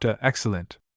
excellent